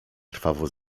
krwawo